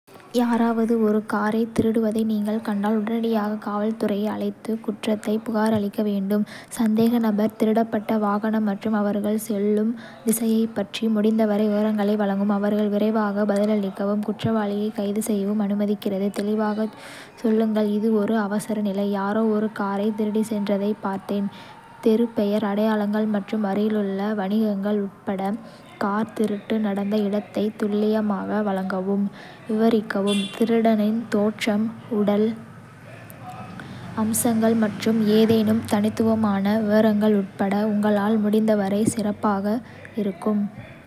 யாராவது ஒரு காரைத் திருடுவதை நீங்கள் கண்டால், உடனடியாக காவல்துறையை அழைத்து குற்றத்தைப் புகாரளிக்க வேண்டும், சந்தேக நபர், திருடப்பட்ட வாகனம் மற்றும் அவர்கள் செல்லும் திசையைப் பற்றி முடிந்தவரை விவரங்களை வழங்கவும். அவர்கள் விரைவாக பதிலளிக்கவும், குற்றவாளியைக் கைது செய்யவும் அனுமதிக்கிறது. தெளிவாகச் சொல்லுங்கள் "இது ஒரு அவசரநிலை, யாரோ ஒரு காரைத் திருடிச் சென்றதைப் பார்த்தேன். தெருப் பெயர், அடையாளங்கள் மற்றும் அருகிலுள்ள வணிகங்கள் உட்பட கார் திருட்டு நடந்த இடத்தைத் துல்லியமாக வழங்கவும். விவரிக்கவும் திருடனின் தோற்றம், உடை, உடல் அம்சங்கள் மற்றும் ஏதேனும் தனித்துவமான விவரங்கள் உட்பட உங்களால் முடிந்தவரை சிறப்பாக இருக்கும்.